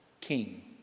king